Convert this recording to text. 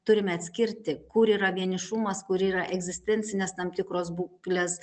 turime atskirti kur yra vienišumas kur yra egzistencinės tam tikros būklės